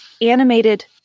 animated